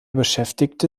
beschäftigte